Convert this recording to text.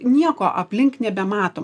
nieko aplink nebematom